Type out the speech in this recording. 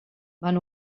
van